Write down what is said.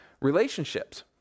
relationships